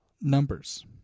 numbers